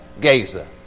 Gaza